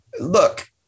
Look